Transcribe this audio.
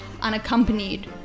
unaccompanied